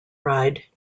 ride